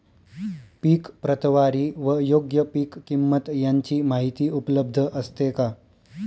पीक प्रतवारी व योग्य पीक किंमत यांची माहिती उपलब्ध असते का?